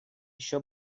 еще